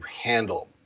handle